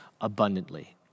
abundantly